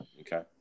Okay